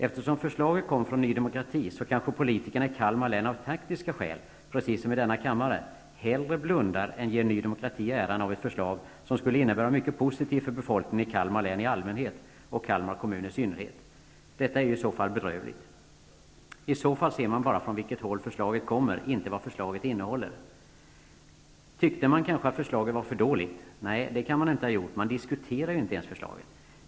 Eftersom förslaget kommer från Ny demokrati kanske politikerna i Kalmar län av taktiska skäl, precis som i denna kammare, hellre blundar än ger Ny demokrati äran av ett förslag som skulle innebära mycket positivt för befolkningen i Kalmar län i allmänhet och Kalmar kommun i synnerhet. Det är i så fall bedrövligt. I så fall ser man bara från vilket håll förslaget kommer och inte vad förslaget innehåller. Tyckte man kanske att förslaget var för dåligt? Nej, det kan man inte ha gjort. Man diskuterar ju inte ens förslaget.